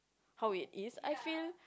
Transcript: how it is I feel